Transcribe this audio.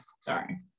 Sorry